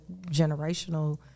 generational